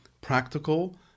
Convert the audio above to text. practical